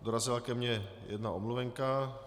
Dorazila ke mně jedna omluvenka.